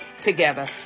together